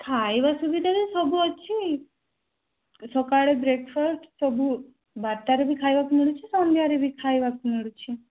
ଖାଇବା ସୁବିଧାରେ ସବୁ ଅଛି ସକାଳେ ବ୍ରେକ୍ଫାଷ୍ଟ୍ ସବୁ ବାରଟାରେ ବି ଖାଇବାକୁ ମିଳୁଛି ସନ୍ଧ୍ୟାରେ ବି ଖାଇବାକୁ ମିଳୁଛି